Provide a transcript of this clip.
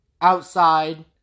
outside